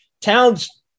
towns